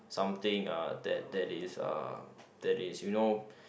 something uh that that is uh that is you know